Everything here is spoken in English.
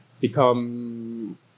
become